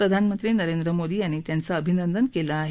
प्रधानमंत्री नरेंद्र मोदी यांनी त्यांच अभिनंदन केलं आहे